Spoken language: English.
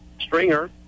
Stringer